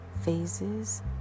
phases